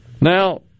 now